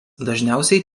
dažniausiai